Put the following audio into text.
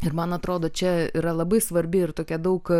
ir man atrodo čia yra labai svarbi ir tokia daug